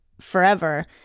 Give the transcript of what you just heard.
forever